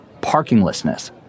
parkinglessness